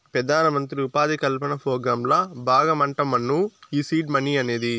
పెదానమంత్రి ఉపాధి కల్పన పోగ్రాంల బాగమంటమ్మను ఈ సీడ్ మనీ అనేది